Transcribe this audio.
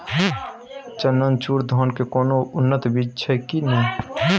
चननचूर धान के कोनो उन्नत बीज छै कि नय?